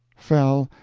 fell,